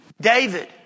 David